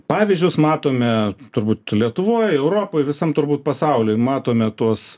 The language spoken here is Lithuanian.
pavyzdžius matome turbūt lietuvoj europoj visam turbūt pasauly matome tuos